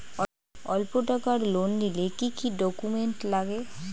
অল্প টাকার লোন নিলে কি কি ডকুমেন্ট লাগে?